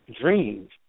dreams